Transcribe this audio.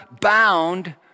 bound